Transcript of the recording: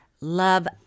Love